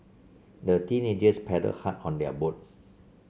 the teenagers paddled hard on their boat